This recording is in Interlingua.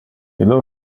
illo